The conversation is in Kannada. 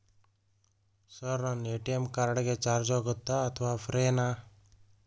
ಸರ್ ಎ.ಟಿ.ಎಂ ಕಾರ್ಡ್ ಗೆ ಚಾರ್ಜು ಆಗುತ್ತಾ ಅಥವಾ ಫ್ರೇ ನಾ?